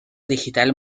digital